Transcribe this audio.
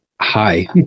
hi